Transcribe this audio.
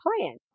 plan